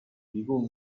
提供